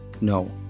No